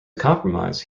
compromise